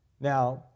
Now